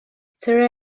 sir